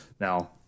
now